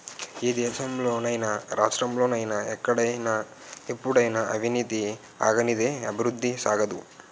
ఈ దేశంలో నైనా రాష్ట్రంలో నైనా ఎక్కడైనా ఎప్పుడైనా అవినీతి ఆగనిదే అభివృద్ధి సాగదు